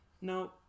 no